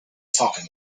talking